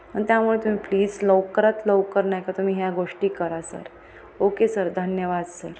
आणि त्यामुळे तुम्ही प्लीज लवकरात लवकर नाही का तुम्ही ह्या गोष्टी करा सर ओके सर धन्यवाद सर